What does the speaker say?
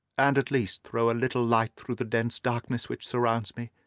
and at least throw a little light through the dense darkness which surrounds me?